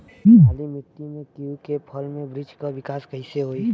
काली मिट्टी में कीवी के फल के बृछ के विकास कइसे होई?